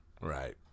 Right